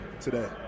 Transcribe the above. today